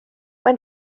mae